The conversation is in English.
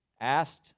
asked